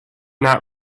not